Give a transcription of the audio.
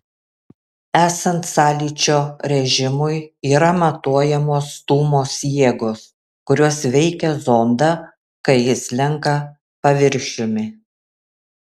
esant sąlyčio režimui yra matuojamos stūmos jėgos kurios veikia zondą kai jis slenka paviršiumi